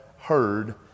heard